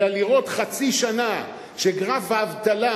אלא לראות חצי שנה שגרף האבטלה,